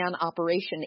operation